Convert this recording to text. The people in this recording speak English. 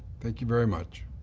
thank you very much.